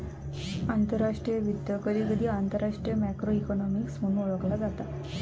आंतरराष्ट्रीय वित्त, कधीकधी आंतरराष्ट्रीय मॅक्रो इकॉनॉमिक्स म्हणून ओळखला जाता